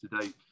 today